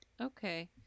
Okay